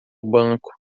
banco